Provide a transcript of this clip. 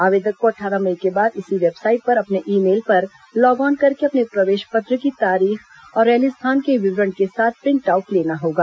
आवेदक को अट्ठारह मई के बाद इसी वेबसाइट पर अपने ई मेल पर लॉग ऑन करके अपने प्रवेश पत्र की तारीख और रैली स्थान के विवरण के साथ प्रिंट आउट लेना होगा